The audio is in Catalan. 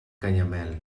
canyamel